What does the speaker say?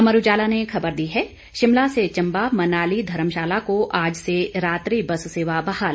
अमर उजाला ने ख़बर दी है शिमला से चम्बा मनाली धर्मशाला को आज से रात्रि बस सेवा बहाल